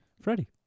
Freddie